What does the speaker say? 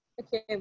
Okay